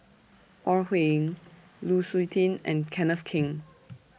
Ore Huiying Lu Suitin and Kenneth Keng